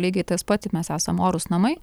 lygiai tas pat tik mes esam orūs namai